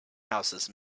houses